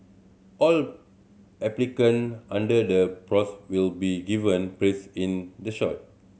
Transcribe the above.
all applicant under the will be given place in the